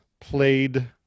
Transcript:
played